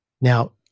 Now-